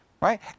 Right